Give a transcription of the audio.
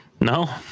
No